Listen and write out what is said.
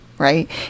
Right